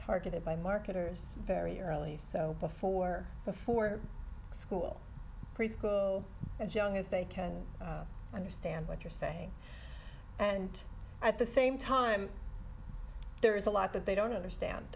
targeted by marketers very early so before before school preschool as young as they can understand what you're saying and at the same time there is a lot that they don't understand